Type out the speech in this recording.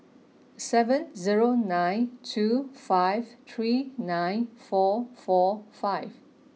seven zero nine two five three nine four four five